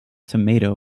tomato